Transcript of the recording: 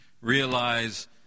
realize